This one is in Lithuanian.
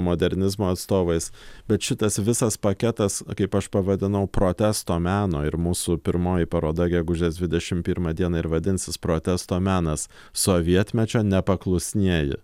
modernizmo atstovais bet šitas visas paketas kaip aš pavadinau protesto meno ir mūsų pirmoji paroda gegužės dvidešim pirmą dieną ir vadinsis protesto menas sovietmečio nepaklusnieji